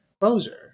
closure